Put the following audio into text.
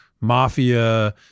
mafia